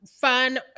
fun